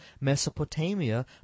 Mesopotamia